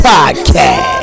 Podcast